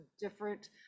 different